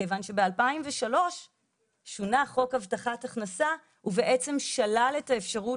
כיוון שב-2003 שונה חוק הבטחת הכנסה ובעצם שלל את האפשרות